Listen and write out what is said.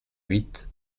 huit